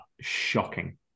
shocking